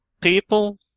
people